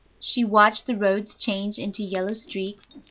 she watched the roads change into yellow streaks,